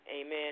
Amen